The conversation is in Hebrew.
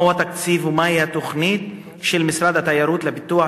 מהו התקציב ומהי התוכנית של משרד התיירות לפיתוח